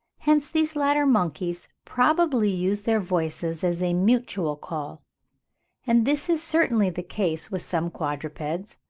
hence, these latter monkeys probably use their voices as a mutual call and this is certainly the case with some quadrupeds,